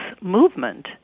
movement